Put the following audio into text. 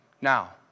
Now